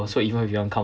so even if you want come